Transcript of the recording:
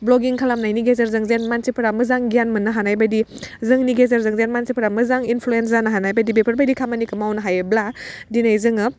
vlogging खालामनायनि गेजेरजों जेन मानसिफोरा मोजां गियान मोननो हानाय बायदि जोंनि गेजेरजों जेन मानसिफोरा मोजां इनफ्लियेन्स जानो हानाय बायदि बेफोर बायदि खामानिखौ मावनो हायोब्ला दिनै जोङो